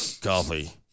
coffee